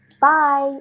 bye